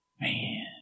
Man